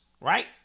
right